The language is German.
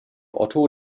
otto